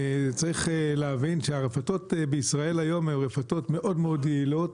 צריך להבין שהרפתות בישראל היום הן רפתות מאוד מאוד יעילות.